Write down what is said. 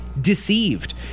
Deceived